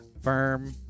firm